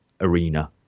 arena